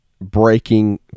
breaking